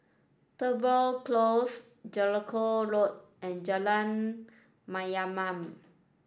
Tudor Close Jellicoe Road and Jalan Mayaanam